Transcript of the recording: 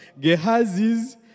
Gehazis